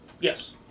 Yes